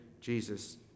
Jesus